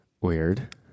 Weird